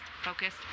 focus